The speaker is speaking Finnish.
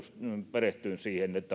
perehtyä siihen